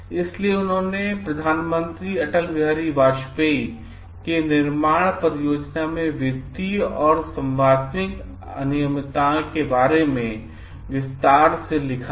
इसलिए उन्होंने प्रधान मंत्री अटल बिहारी वाजपेयी FL को निर्माण परियोजना में वित्तीय और संविदात्मक अनियमितताएँ के बारे में विस्तार से लिखा था